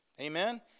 amen